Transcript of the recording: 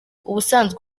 ubusanzwe